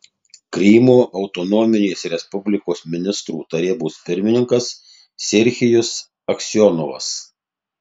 krymo autonominės respublikos ministrų tarybos pirmininkas serhijus aksionovas